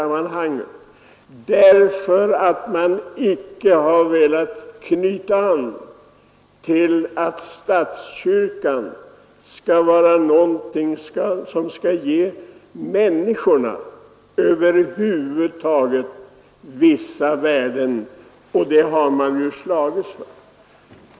Man har icke velat acceptera att statskyrkan skall vara någonting som ger människorna vissa värden, något som människorna slagits för.